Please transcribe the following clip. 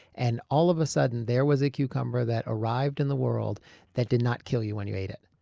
and all of a sudden there was a cucumber that arrived in the world that did not kill you when you ate it.